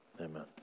Amen